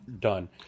done